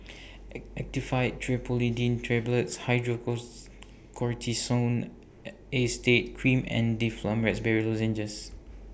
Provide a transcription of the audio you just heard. Actifed Triprolidine Tablets Acetate Cream and Difflam Raspberry Lozenges